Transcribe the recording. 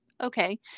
Okay